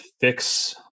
fix